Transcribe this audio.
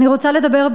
אני רוצה לדבר,